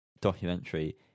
documentary